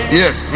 yes